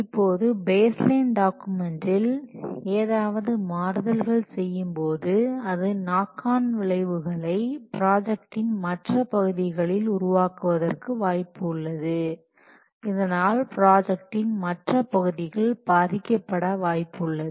இப்போது baseline டாக்குமெண்ட்டில் ஏதாவது மாறுதல்கள் செய்யும்போது அது நாக் ஆன் விளைவுகளை பிராஜக்டின் மற்ற பகுதிகளில் உருவாக்குவதற்கு வாய்ப்பு உள்ளது இதனால் பிராஜக்டின் மற்ற பகுதிகள் பாதிக்கப்பட வாய்ப்புள்ளது